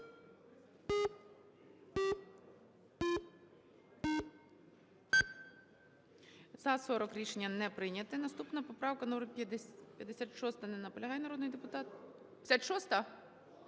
За-40 Рішення не прийнято. Наступна поправка - 56. Не наполягає народний депутат. 56-а?